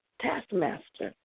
taskmaster